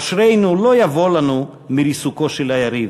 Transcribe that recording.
אושרנו לא יבוא לנו מריסוקו של היריב.